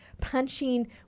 punching